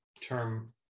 term